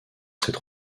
cette